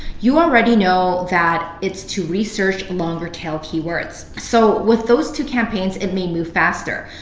you already know that it's to research longer tail keywords. so with those two campaigns, it may move faster.